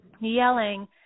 yelling